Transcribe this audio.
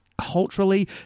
culturally